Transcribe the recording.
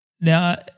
Now